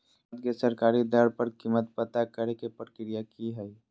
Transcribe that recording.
खाद के सरकारी दर पर कीमत पता करे के प्रक्रिया की हय?